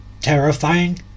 terrifying